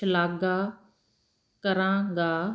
ਸ਼ਲਾਘਾ ਕਰਾਂਗਾ